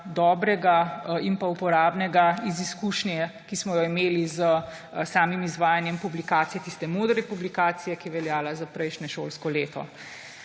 dobrega in uporabnega iz izkušnje, ki smo jo imeli s samim izvajanjem publikacije, tiste modre publikacije, ki je veljala za prejšnje šolsko leto,